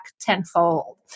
tenfold